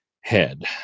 head